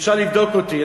אפשר לבדוק אותי,